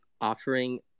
offering